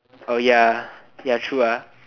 ya ya true ah